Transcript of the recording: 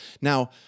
Now